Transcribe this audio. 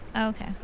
Okay